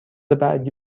بعدی